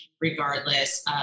regardless